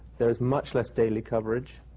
there is much less daily coverage.